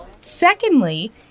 Secondly